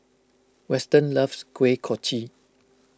Weston loves Kuih Kochi